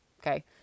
Okay